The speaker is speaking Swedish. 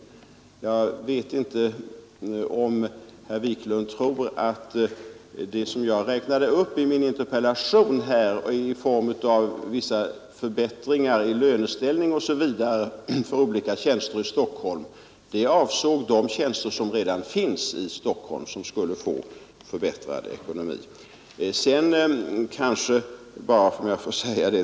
De förbättringar i löneställning osv. för olika polistjänster i Stockholm, som jag räknade upp i mitt interpellationssvar, avsåg de tjänster som redan finns i Stockholm. Låt mig sedan bara till fru Kristensson säga, att hon kanske inte lyssnade riktigt på vad jag sade när hon fick uppgiften om bankrånet. Jag sade att jag ansåg utvecklingen just när det gäller rån vara mycket oroande.